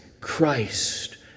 Christ